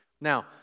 Now